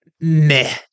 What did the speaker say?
meh